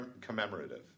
commemorative